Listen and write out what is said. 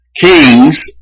kings